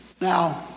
Now